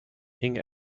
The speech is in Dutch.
hing